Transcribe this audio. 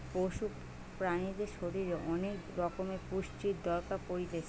পশু প্রাণীদের শরীরের অনেক রকমের পুষ্টির দরকার পড়তিছে